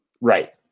Right